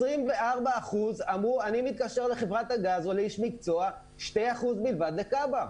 24% אמרו: אני מתקשר לחברת הגז או לאיש מקצוע ו-2% בלבד לכב"א.